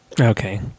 Okay